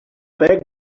back